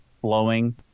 flowing